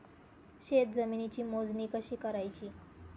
शेत जमिनीची मोजणी कशी करायची?